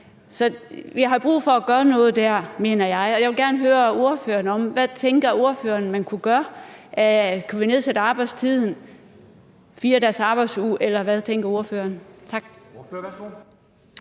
Så vi har brug for at gøre noget der, mener jeg. Og jeg vil gerne høre, hvad ordføreren tænker man kunne gøre. Kunne vi nedsætte arbejdstiden til en 4 dages arbejdsuge? Eller hvad tænker ordføreren? Tak.